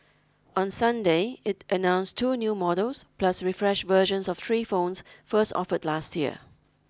on Sunday it announced two new models plus refresh versions of three phones first offer last year